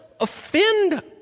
offend